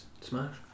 Smash